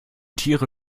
tiere